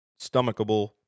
stomachable